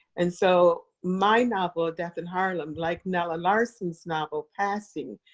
and so my novel death in harlem like nella larsen's novel passing,